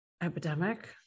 epidemic